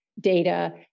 data